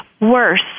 worse